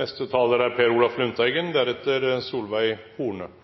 nasjonale transportplan innebærer sterk prioritering av vei, bane og havner. Vi reduserer avstandskostnadene, og det er